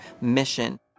mission